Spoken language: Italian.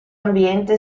ambiente